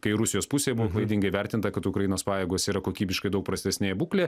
kai rusijos pusėj buvo klaidingai įvertinta kad ukrainos pajėgos yra kokybiškai daug prastesnėje būklė